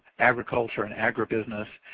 agriculture, and agra business.